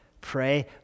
Pray